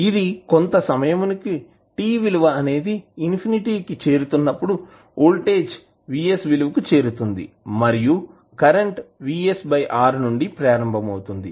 ఇది కొంత సమయమునకు t విలువ అనేది ఇన్ఫినిటీ కు చేరుతున్నప్పుడు వోల్టేజ్ Vs విలువకు చేరుతుంది మరియు కరెంట్ VsR నుండి ప్రారంభమవుతుంది